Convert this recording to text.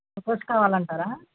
photos కావాల అంటారా